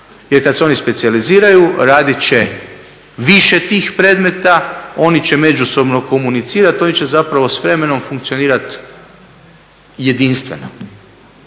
jer kad se oni specijaliziraju radit će više tih predmeta, oni će međusobno komunicirati, oni će zapravo s vremenom funkcionirati jedinstveno.